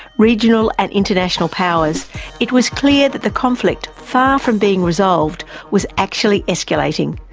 regional and international powers it was clear that the conflict, far from being resolved, was actually escalating,